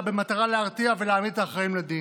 במטרה להרתיע ולהעמיד את האחראים לדין.